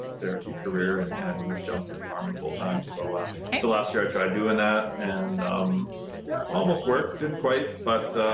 therapy career and jump to farming full-time, so ah and last year i tried doing that, and yeah, almost worked, didn't quite, but